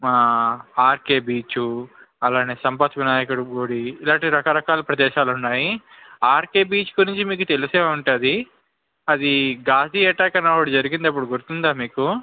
RK beach అలాగే సంపత్ వినాయకుడి గుడి ఇలాంటివి రకరకాల ప్రదేశాలు ఉన్నాయి ఆర్కె బీచ్ గురించి మీకు తెలిసే ఉంటుంది అది ఘాజీ ఎటాక్ అని అప్పుడు జరిగింది గుర్తుందా మీకు